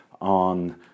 on